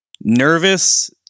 nervous